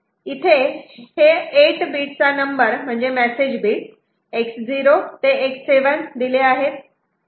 इथे हे 8 बीट चा नंबर म्हणजे मेसेज बीट X0 ते X7 दिले आहे